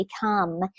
become